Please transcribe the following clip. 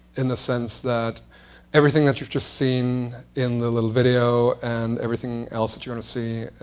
in the sense that everything that you've just seen in the little video and everything else going to see